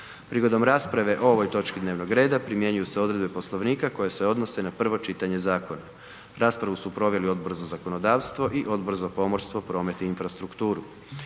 Prigodom rasprave o ovoj točki dnevnog reda primjenjuju se odredbe Poslovnika koje se odnose na prvo čitanje Zakona. Raspravu su proveli Odbor za zakonodavstvo i Odbor za pomorstvo, promet i infrastrukturu.